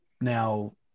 now